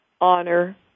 honor